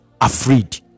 afraid